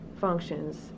functions